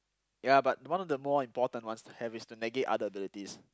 ya but one of the more important ones to have is to negate other abilities